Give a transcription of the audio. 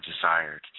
desired